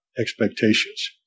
expectations